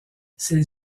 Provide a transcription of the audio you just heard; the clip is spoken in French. celle